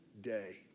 day